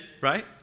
right